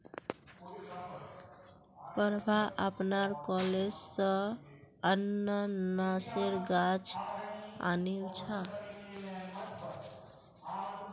प्रभा अपनार कॉलेज स अनन्नासेर गाछ आनिल छ